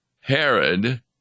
Herod